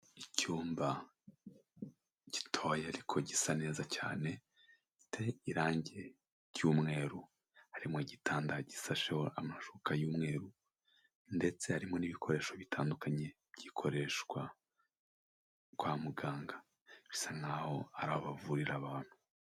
Icyumba gitoya ariko gisa neza cyane, giteye irangi ry'umweru, harimo igitanda gisasheho amashuka y'umweru, ndetse harimo n'ibikoresho bitandukanye by'ikoreshwa kwa muganga, bisa nkaho ari abavurira abantu.